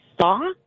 Saw